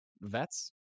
vets